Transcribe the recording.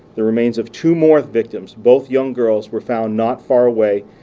the remains of two more victims, both young girls, were found not far away,